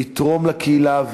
לתרום לקהילה.